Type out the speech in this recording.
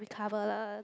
cover lah